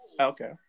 Okay